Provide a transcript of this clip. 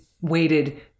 waited